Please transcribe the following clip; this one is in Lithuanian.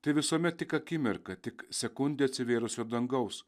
tai visuomet tik akimirka tik sekundė atsivėrusio dangaus